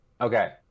Okay